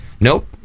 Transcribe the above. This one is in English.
Nope